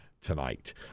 tonight